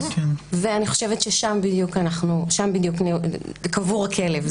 ואני חושבת ששם בדיוק קבור הכלב.